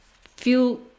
feel